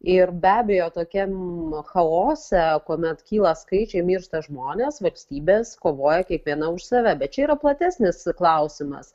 ir be abejo tokiam chaose kuomet kyla skaičiai miršta žmonės valstybės kovoja kiekviena už save bet čia yra platesnis klausimas